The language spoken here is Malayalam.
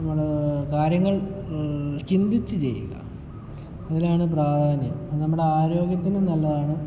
നമ്മൾ കാര്യങ്ങൾ ചിന്തിച്ച് ചെയ്യുക അതിലാണ് പ്രാധാന്യം അത് നമ്മുടെ ആരോഗ്യത്തിന് നല്ലതാണ്